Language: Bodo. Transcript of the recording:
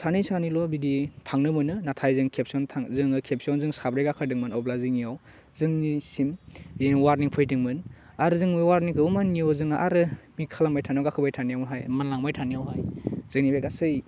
सानै सानैल' बिदि थांनो मोनो नाथाय जों खेबसेयावनो थां जोङो खेबसेयावनो जों साब्रै गाखोदोंमोन अब्ला जोंनियाव जोंनिसिम बिह वार्निं फैदोंमोन आरो जों बे वार्निंखौबो मानियैयाव जोंहा आरो बि खालामबाय थानायाव गाखोबाय थानायावहाय मानलांबाय थानायाव जोंनिफ्राय गासै